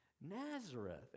Nazareth